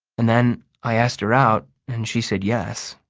and then i asked her out and she said yes,